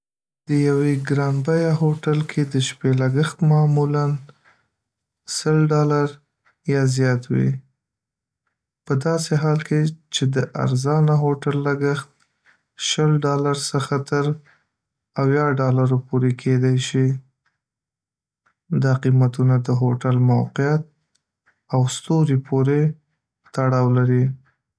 د یوې ګران بیه هوټل کې د شپې لګښت معمولاً ډالر یا زیات وي، په داسې حال کې چې د ارزانه هوټل لګښت شل ډالر څخه تر اویا ډالرو پورې کیدای شي. دا قیمتونه د هوتل موقعیت او ستوري پورې تړاو لري.